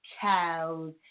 cows